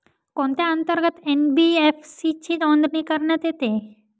कोणत्या अंतर्गत एन.बी.एफ.सी ची नोंदणी करण्यात येते?